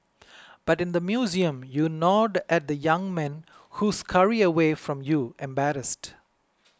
but in the museum you nod at the young men who scurry away from you embarrassed